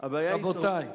רבותי,